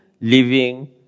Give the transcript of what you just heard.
living